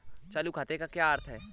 चालू खाते का क्या अर्थ है?